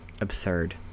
Absurd